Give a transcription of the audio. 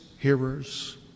hearers